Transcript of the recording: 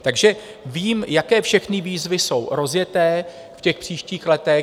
Takže vím, jaké všechny výzvy jsou rozjeté v těch příštích letech.